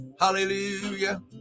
Hallelujah